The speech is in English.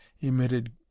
emitted